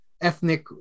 ethnic